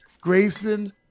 Grayson